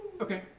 Okay